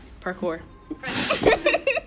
Parkour